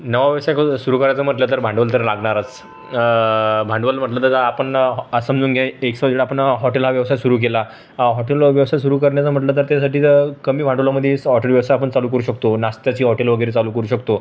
नवा व्यवसाय करू सुरू करायचा म्हटलं तर भांडवल तर लागणारच भांडवल म्हटलं तर आपण असं समजून घ्या एक सईड आपण हॉटेल हा व्यवसाय सुरू केला हॉटेल व्यवसाय सुरू करण्याचं म्हटलं तर त्यासाठी तर कमी भांडवलामध्येस हॉटेल व्यवसाय आपण चालू करू शकतो नाष्ट्याची हॉटेलं वगैरे चालू करू शकतो